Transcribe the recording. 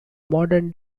modern